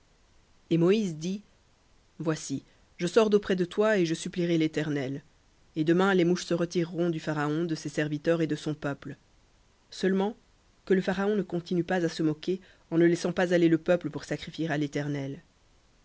et moïse dit voici je sors d'auprès de toi et je supplierai l'éternel et demain les mouches se retireront du pharaon de ses serviteurs et de son peuple seulement que le pharaon ne continue pas à se moquer en ne laissant pas aller le peuple pour sacrifier à l'éternel